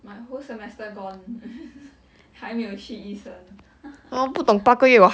my whole semester gone 还没有去医生